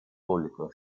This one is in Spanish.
público